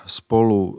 spolu